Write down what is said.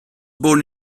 born